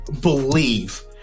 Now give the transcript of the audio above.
believe